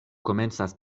komencas